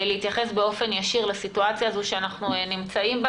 להתייחס באופן ישיר לסיטואציה הזאת שאנחנו נמצאים בה.